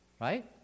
Right